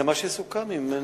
זה מה שסוכם עם הנשיאות.